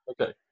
Okay